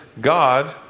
God